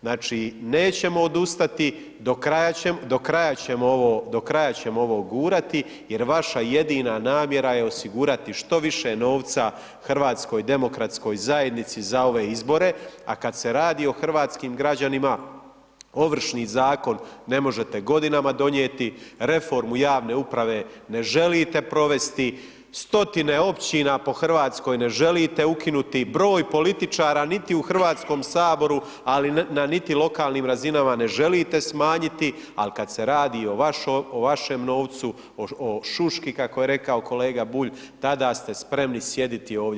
Znači, nećemo odustati, do kraja ćemo ovo gurati jer vaša jedina namjera je osigurati što više novca HDZ-u za ove izbore, a kad se radi o hrvatskim građanima, Ovršni zakon ne možete godinama donijeti, reformu javne uprave ne želite provesti, stotine općina po RH ne želite ukinuti, broj političara niti u HS, ali na niti lokalnim razinama ne želite smanjiti, ali kad se radi o vašem novcu, o šuški, kako je rekao kolega Bulj, tada ste spremni sjediti ovdje.